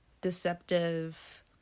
deceptive